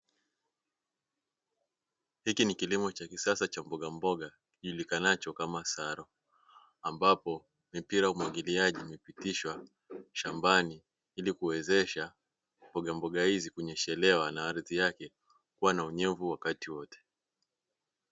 Hiki ni kilimo cha kisasa cha mbogamboga kijulikanacho kama saro, ambapo mipira humwagiliaji kupitishwa shambani ili kuwezesha mboga mboga hizi kunyeshelewa na ardhi yake kuwa na unyevu wakati wote.